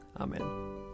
Amen